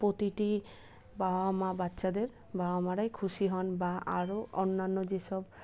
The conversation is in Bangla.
প্রতিটি বাবা মা বাচ্চাদের বাবা মারাই খুশি হন বা আরও অন্যান্য যেসব